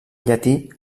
llatí